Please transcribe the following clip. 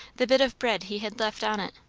the bit of bread he had left on it,